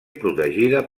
protegida